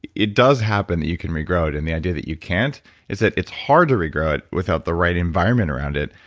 it it does happen that you can regrow it. and the idea that you can't is that it's hard to regrow it without the right environment around it.